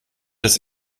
des